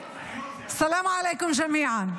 סאלם עליכום, ג'מיעה.